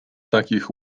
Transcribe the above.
takich